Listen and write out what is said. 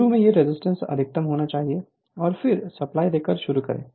शुरू में यह रेजिस्टेंस अधिकतम होना चाहिए और फिर सप्लाई देकर शुरू करें